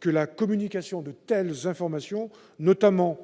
que la communication de telles informations, notamment